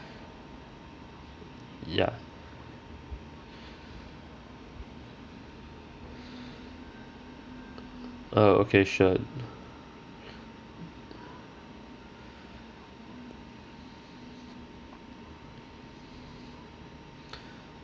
ya oh okay sure